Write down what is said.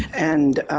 and